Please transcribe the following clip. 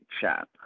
chat